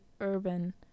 urban